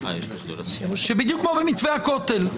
בדיוק כמו במתווה הכותל.